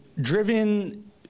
driven